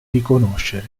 riconoscere